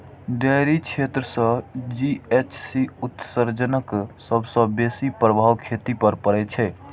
dairy क्षेत्र सं GHC उत्सर्जनक सबसं बेसी प्रभाव खेती पर पड़ै छै